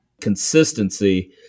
consistency